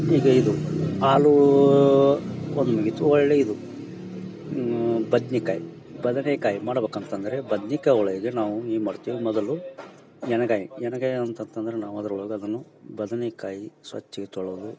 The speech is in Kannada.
ಈಗ ಇದು ಆಲೂ ಒಂದು ಮುಗಿತು ಒಳ್ಳಿ ಇದು ಬದ್ನಿಕಾಯಿ ಬದನೆಕಾಯಿ ಮಾಡ್ಬಕಂತಂದರೆ ಬದ್ನಿಕಾಯಿ ಒಳಗೆ ನಾವು ಏನ್ಮಾಡ್ತೇವಿ ಮೊದಲು ಎಣ್ಣಗಾಯಿ ಎಣ್ಣಗಾಯಿ ಅಂತಂತಂದ್ರ ನಾವು ಅದ್ರೊಳಗೆ ಅದನು ಬದನೆಕಾಯಿ ಸ್ವಚ್ಛಗಿ ತೊಳದು